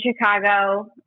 Chicago